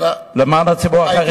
למען הציבור החרדי,